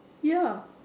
ya